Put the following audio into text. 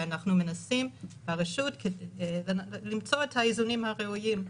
ואנחנו מנסים ברשות למצוא את האיזונים הראויים.